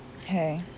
Hey